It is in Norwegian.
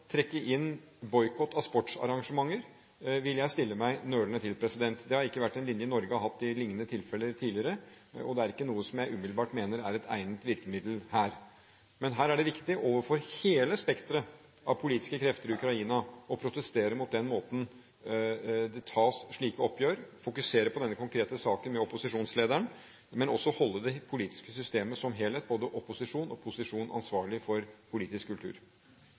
trekke inn boikott av sportsarrangementer, vil jeg stille meg nølende til. Det har ikke vært en linje Norge har hatt i lignende tilfeller tidligere, og det er ikke noe jeg umiddelbart mener er et egnet virkemiddel her. Men her er det viktig, overfor hele spekteret av politiske krefter i Ukraina, å protestere mot den måten det tas slike oppgjør på – fokusere på denne konkrete saken med opposisjonslederen, men også holde det politiske systemet som helhet – både opposisjon og posisjon – ansvarlig for politisk kultur.